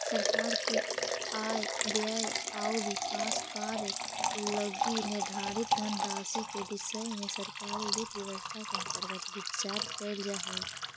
सरकार के आय व्यय आउ विकास कार्य लगी निर्धारित धनराशि के विषय में सरकारी वित्त व्यवस्था के अंतर्गत विचार कैल जा हइ